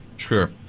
Sure